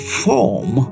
form